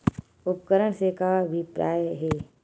उपकरण से का अभिप्राय हे?